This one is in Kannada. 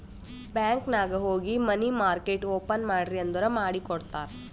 ಬ್ಯಾಂಕ್ ನಾಗ್ ಹೋಗಿ ಮನಿ ಮಾರ್ಕೆಟ್ ಓಪನ್ ಮಾಡ್ರಿ ಅಂದುರ್ ಮಾಡಿ ಕೊಡ್ತಾರ್